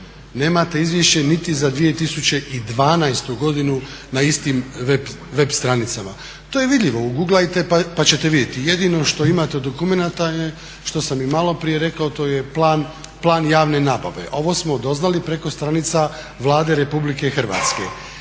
nemate izvješće niti za 2012. godinu na istim web stranicama. To je vidljivo, uguglajte pa ćete vidjeti. Jedino što imate od dokumenata je što sam i maloprije rekao to je Plan javne nabave. A ovo smo doznali preko stranica Vlade RH. Ja vam